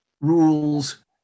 rules